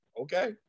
Okay